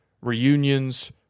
reunions